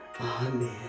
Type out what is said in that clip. amen